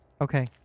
okay